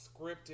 scripted